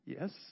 Yes